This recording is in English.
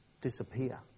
disappear